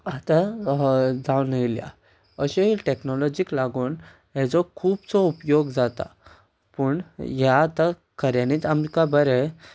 आतां जावन येयल्या अशें टॅक्नोलोजीक लागून हाजो खुबसो उपयोग जाता पूण हें आतां खऱ्यांनीच आमकां बरे